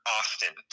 Austin